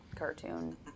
Cartoon